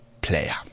player